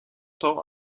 tend